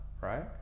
right